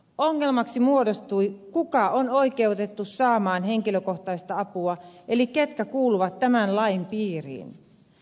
ongelmaksi muodostui kuka on oikeutettu saamaan henkilökohtaista apua eli ketkä kuuluvat tämän lain piiriin